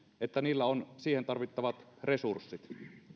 että niillä on siihen tarvittavat resurssit